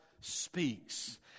speaks